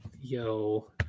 Yo